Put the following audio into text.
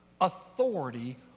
authority